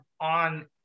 on